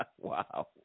Wow